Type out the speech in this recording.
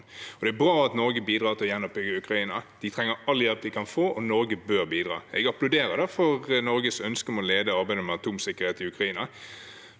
Det er bra at Norge bidrar til å gjenoppbygge Ukraina. De trenger all den hjelp de kan få, og Norge bør bidra. Jeg applauderer derfor Norges ønske om å lede arbeidet med atomsikkerhet i Ukraina,